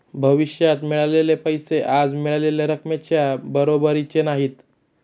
भविष्यात मिळालेले पैसे आज मिळालेल्या रकमेच्या बरोबरीचे नाहीत